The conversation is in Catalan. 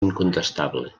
incontestable